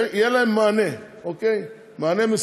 יהיה מענה מסוים